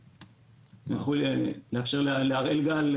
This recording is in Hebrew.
תוכלו לאפשר לד"ר הראל גל,